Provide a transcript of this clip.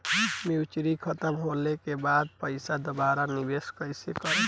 Maturity खतम होला के बाद पईसा दोबारा निवेश कइसे करेम?